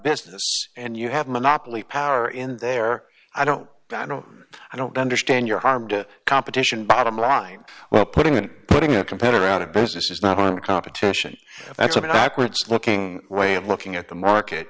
business and you have monopoly power in there i don't know i don't understand your harmed competition bottom line well putting it putting a competitor out of business is not a competition that's an awkward looking way of looking at the market